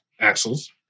axles